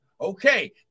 Okay